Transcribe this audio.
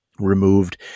Removed